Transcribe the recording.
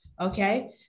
Okay